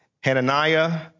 Hananiah